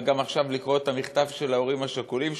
אלא גם עכשיו לקרוא את המכתב של ההורים השכולים,